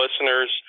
listeners